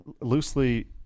loosely